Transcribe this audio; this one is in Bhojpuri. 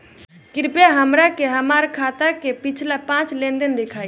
कृपया हमरा के हमार खाता के पिछला पांच लेनदेन देखाईं